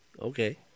Okay